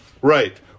Right